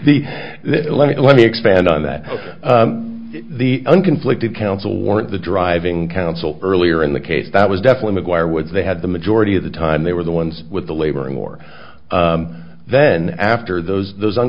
me let me expand on that the un conflicted council weren't the driving council earlier in the case that was definitely a quire was they had the majority of the time they were the ones with the labor and more then after those those on